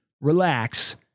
relax